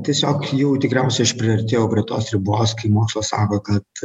tiesiog jau tikriausiai aš priartėjau prie tos ribos kai mokslas sako kad